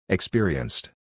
Experienced